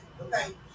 okay